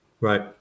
right